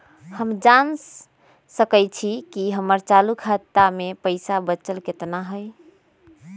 हम जान सकई छी कि हमर चालू खाता में पइसा बचल कितना हई